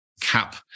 CAP